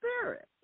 Spirit